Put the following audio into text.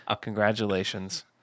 Congratulations